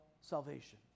salvation